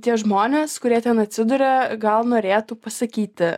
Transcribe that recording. tie žmonės kurie ten atsiduria gal norėtų pasakyti